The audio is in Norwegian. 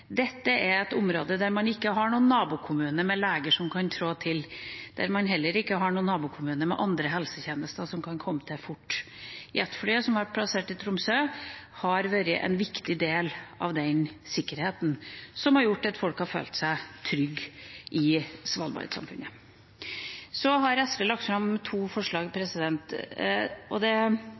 Dette er et område der man ikke har noen nabokommune med leger som kan trå til, og der man heller ikke har noen nabokommune med andre helsetjenester som kan komme til fort. Jetflyet som er plassert i Tromsø, har vært en viktig del av sikkerheten, som har gjort at folk har følt seg trygge i Svalbard-samfunnet. Så har SV lagt fram to forslag. Jeg skjønner at det